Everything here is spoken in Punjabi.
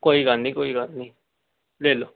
ਕੋਈ ਗੱਲ ਨਹੀਂ ਕੋਈ ਗੱਲ ਨਹੀਂ ਲੈ ਲਓ